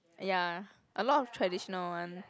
ya a lot of traditional one